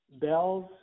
Bell's